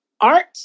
art